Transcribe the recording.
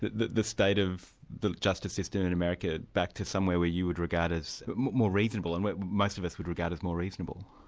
the the state of the justice system in america back to somewhere where you would regard as more reasonable, and most of us would regard as more reasonable?